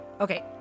Okay